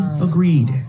agreed